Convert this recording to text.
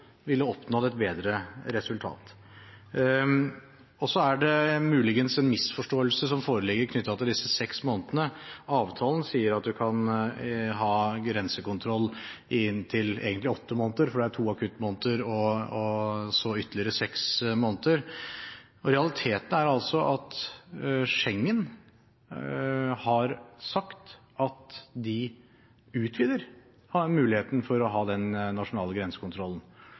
ville oppnådd et bedre resultat. Så er det muligens en misforståelse som foreligger knyttet til disse seks månedene. Avtalen sier at man kan ha grensekontroll i inntil egentlig åtte måneder, for det er to akuttmåneder og så ytterligere seks måneder. Realiteten er at Schengen har sagt at de utvider muligheten for å ha den nasjonale grensekontrollen.